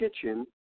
kitchen